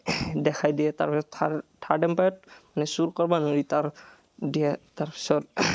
দেখাই দিয়ে তাৰপিছত থাৰ্ড থাৰ্ড এম্পেয়াৰ মানে চুৰ কৰিব নোৱাৰি তাৰ দিয়ে তাৰপিছত